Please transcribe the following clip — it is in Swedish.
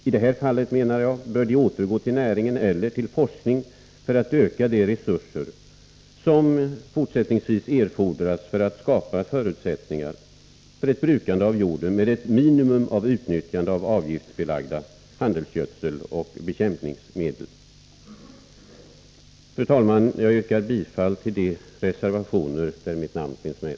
I det här fallet, menar jag, bör dessa avgifter återgå till näringen eller till forskning för att öka de resurser som fortsättningsvis erfordras för att skapa förutsättningar för ett brukande av jorden med ett minimum av utnyttjande av avgiftsbelagda handelsgödseloch bekämpningsmedel. Fru talman! Jag yrkar bifall till de reservationer där mitt namn finns med.